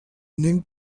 nen